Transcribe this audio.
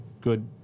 good